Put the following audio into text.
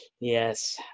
yes